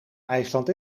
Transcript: ijsland